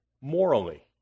morally